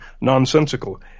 nonsensical